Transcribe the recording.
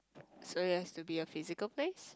so it has to be a physical place